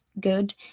good